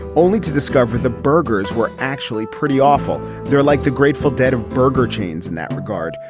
only to discover the burgers were actually pretty awful. they're like the grateful dead of burger chains in that regard.